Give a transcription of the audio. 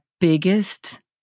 biggest